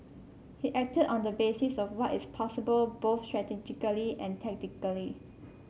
he acted on the basis of what is possible both strategically and tactically